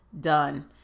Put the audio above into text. done